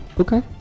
Okay